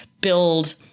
build